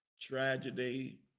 tragedy